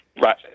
Right